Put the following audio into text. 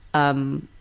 um,